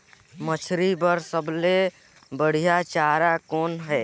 मछरी बर सबले बढ़िया चारा कौन हे?